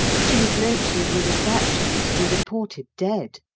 she was mentioned in despatches, and reported dead.